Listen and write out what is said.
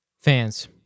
Fans